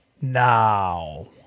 now